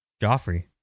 Joffrey